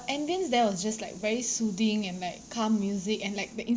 ambience there was just like very soothing and like calm music and like the